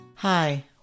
Hi